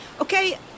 okay